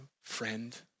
friend